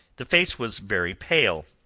the face was very pale,